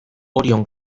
orion